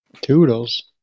Toodles